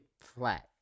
flat